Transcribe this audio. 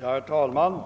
Herr talman!